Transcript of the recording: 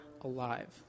alive